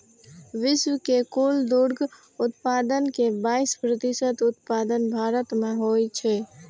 विश्व के कुल दुग्ध उत्पादन के बाइस प्रतिशत उत्पादन भारत मे होइ छै